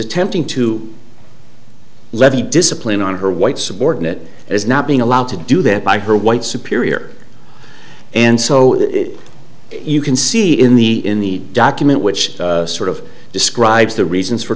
attempting to levy discipline on her white subordinate is not being allowed to do that by her white superior and so you can see in the in the document which sort of describes the reasons for